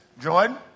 Jordan